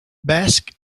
basque